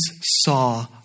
saw